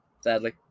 Sadly